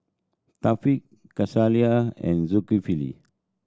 Thaqif Khalish and Zulkifli